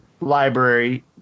library